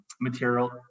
material